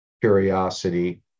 curiosity